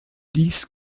dies